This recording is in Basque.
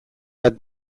bat